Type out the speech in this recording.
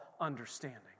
understanding